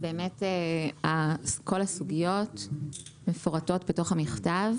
כל הסוגיות מפורטות בתוך המכתב.